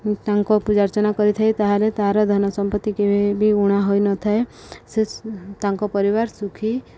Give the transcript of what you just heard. ତାଙ୍କ ପୂଜା ଅର୍ଚ୍ଚନା କରିଥାଏ ତା'ହେଲେ ତାର ଧନ ସମ୍ପତ୍ତି କେବେ ବି ଊଣା ହୋଇନଥାଏ ସେ ତାଙ୍କ ପରିବାର ସୁଖୀ